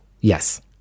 Yes